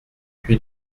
puy